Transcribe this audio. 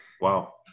Wow